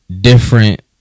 different